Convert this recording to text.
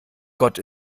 gott